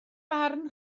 barn